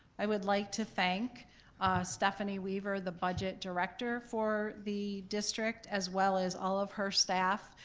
i would like to thank stephanie weaver, the budget director for the district, as well as all of her staff,